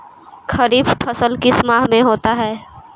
खरिफ फसल किस माह में होता है?